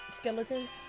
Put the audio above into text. Skeletons